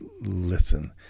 listen